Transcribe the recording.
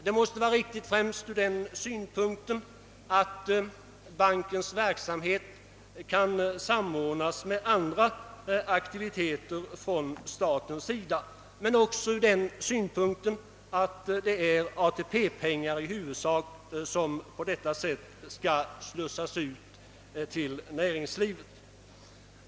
Det måste vara riktigt främst ur den synpunkten att bankens verksamhet kan samordnas med andra aktiviteter från statens sida, men också ur den synpunkten att det är ATP pengar i huvudsak som på detta sätt skall slussas ut till näringslivet.